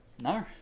no